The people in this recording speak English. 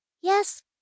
Yes